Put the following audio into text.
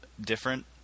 different